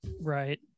right